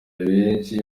benshi